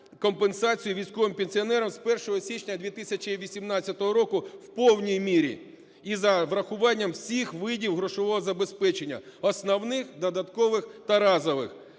компенсацію військовим пенсіонерам з 1 січня 2018 року в повній мірі і за врахуванням всіх видів грошового забезпечення: основних, додаткових та разових.